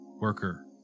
worker